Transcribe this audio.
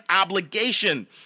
obligation